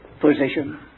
position